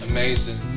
Amazing